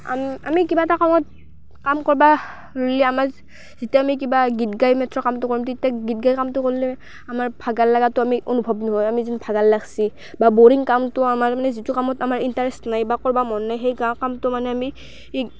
আম আমি কিবা এটা কামত কাম কৰিব আমাৰ যেতিয়া আমি কিবা গীত গায় মাত্ৰ কামটো কৰিম তেতিয়া গীত গায় কামটো কৰিলে আমাৰ ভাগৰ লগাটো আমি অনুভৱ নহয় আমি যেন ভাগৰ লাগিছে বা বৰিং কামটো আমাৰ মানে যিটো কামত আমাৰ ইন্টাৰেষ্ট নাই বা কৰিব মন নাই সেই কামটো মানে আমি ইগ